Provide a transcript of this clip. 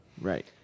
right